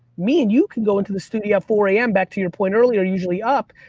me and you can go into the studio at four a m, back to your point earlier, usually up,